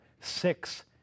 six